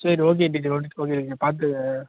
சரி okay teacher okay teacher பார்த்துக்